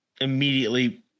immediately